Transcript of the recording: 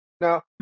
Now